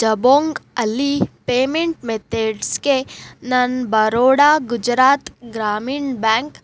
ಜಬೊಂಗಲ್ಲಿ payment ಮೆಥಡ್ಸ್ಗೆ ನನ್ನ Baroda Gujarat Gramin bank